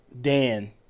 Dan